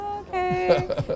okay